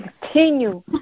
continue